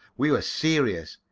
we were serious.